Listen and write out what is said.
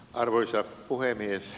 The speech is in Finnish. arvoisa puhemies